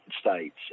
States